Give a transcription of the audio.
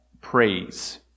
praise